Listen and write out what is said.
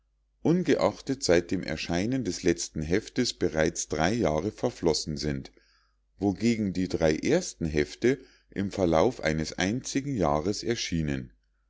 ungeachtet seit dem erscheinen des letzten heftes bereits drei jahre verflossen sind wogegen die drei ersten hefte im verlauf eines einzigen jahrs erschienen